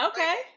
Okay